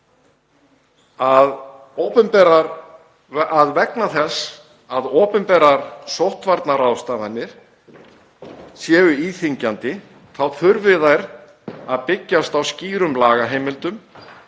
að vegna þess að opinberar sóttvarnaráðstafanir séu íþyngjandi þurfi þær að byggja á skýrum lagaheimildum